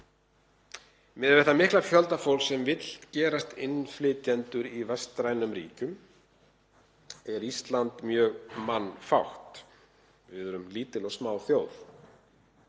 við þann mikla fjölda fólks sem vill gerast innflytjendur í vestrænum ríkjum er Ísland mjög mannfátt. Við erum lítil og smá þjóð.